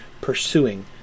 pursuing